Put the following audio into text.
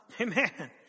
Amen